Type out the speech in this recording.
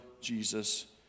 Jesus